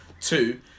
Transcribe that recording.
Two